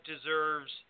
deserves